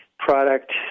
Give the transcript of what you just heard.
Product